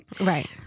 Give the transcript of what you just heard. Right